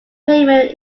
payment